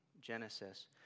Genesis